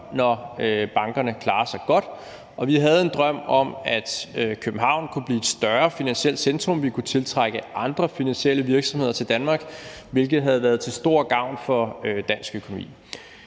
når bankerne klarer sig godt. Og vi havde en drøm om, at København kunne blive et større finansielt centrum, at vi kunne tiltrække andre finansielle virksomheder til Danmark, hvilket havde været til stor gavn for dansk økonomi.